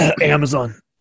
Amazon